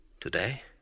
Today